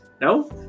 No